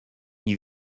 nie